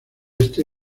este